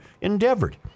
endeavored